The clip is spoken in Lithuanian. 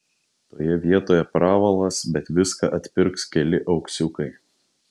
toje vietoje pravalas bet viską atpirks keli auksiukai